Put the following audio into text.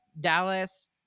Dallas